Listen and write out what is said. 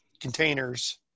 containers